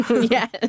Yes